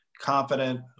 confident